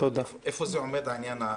איפה עומד העניין?